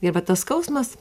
ir vat tas skausmas